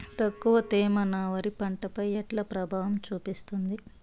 తక్కువ తేమ నా వరి పంట పై ఎట్లా ప్రభావం చూపిస్తుంది?